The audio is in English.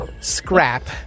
scrap